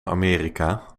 amerika